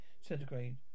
centigrade